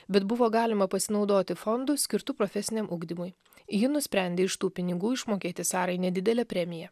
bet buvo galima pasinaudoti fondu skirtu profesiniam ugdymui ji nusprendė iš tų pinigų išmokėti sarai nedidelę premiją